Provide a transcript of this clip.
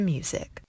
Music